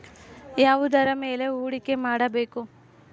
ಯಾವುದರ ಮೇಲೆ ಹೂಡಿಕೆ ಮಾಡಬೇಕು?